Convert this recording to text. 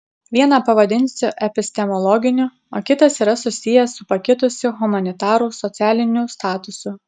vieną pavadinsiu epistemologiniu o kitas yra susijęs su pakitusiu humanitarų socialiniu statusu